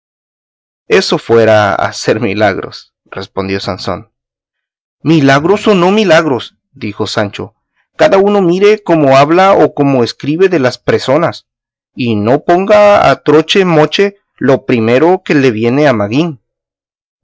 eso fuera hacer milagros respondió sansón milagros o no milagros dijo sancho cada uno mire cómo habla o cómo escribe de las presonas y no ponga a troche moche lo primero que le viene al magín